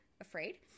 afraid